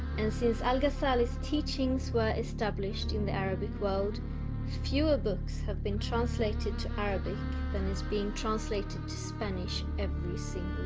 and since al-ghazali's teachings were established in the arabic world fewer books have been translated to arabic than is being translated to spanish every scene